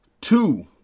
two